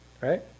right